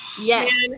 yes